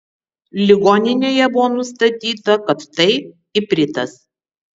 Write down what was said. ligoninėje buvo nustatyta kad tai ipritas